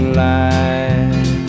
light